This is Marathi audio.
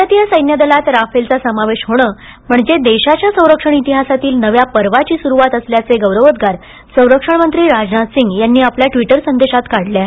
भारतीय सैन्य दलात राफेलचा समावेश होणं म्हणजे देशाच्या संरक्षण तिहासातील नव्या पर्वाची सुरुवात असल्याचे गौरवोद्वार संरक्षण मंत्री राजनाथ सिंग यांनी आपल्या ट्विटर संदेशांत काढले आहेत